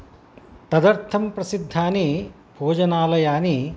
तदर्थं प्रसिद्धानि भोजनालयानि